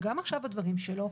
וגם עכשיו בדברים שלו,